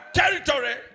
territory